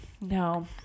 no